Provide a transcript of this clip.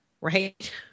right